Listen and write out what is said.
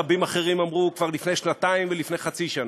רבים אחרים אמרו כבר לפני שנתיים ולפני חצי שנה.